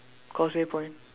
causeway point